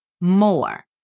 more